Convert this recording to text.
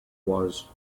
was